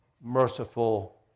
merciful